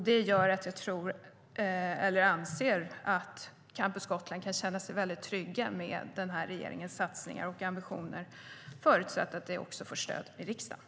Det gör att jag anser att Campus Gotland kan känna sig väldigt tryggt med regeringens satsningar och ambitioner, förutsatt att de får stöd i riksdagen.